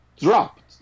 dropped